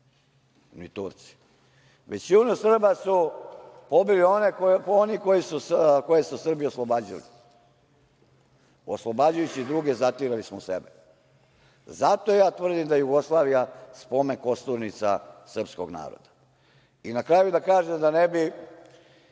ni Turci, većinu Srba su pobili oni koje su Srbi oslobađali. Oslobađajući druge zatirali smo sebe. Zato ja tvrdim da je Jugoslavija spomen kosturnica srpskog naroda. Na kraju da kažem, da ne bi